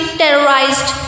terrorized